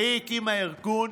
והיא הקימה ארגון